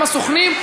אותם סוכנים,